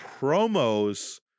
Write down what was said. promos